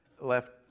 left